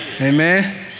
Amen